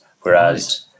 whereas